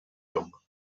жок